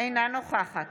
אינה נוכחת